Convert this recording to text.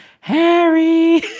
Harry